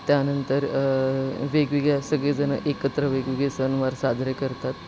त्यानंतर वेगवेगळे सगळेजणं एकत्र वेगवेगळे सणवार साजरे करतात